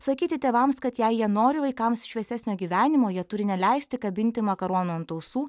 sakyti tėvams kad jei jie nori vaikams šviesesnio gyvenimo jie turi neleisti kabinti makaronų ant ausų